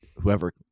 whoever